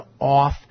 off